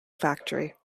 factory